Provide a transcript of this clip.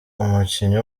umukinnyi